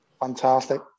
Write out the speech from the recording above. fantastic